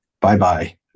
bye-bye